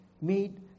made